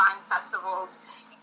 festivals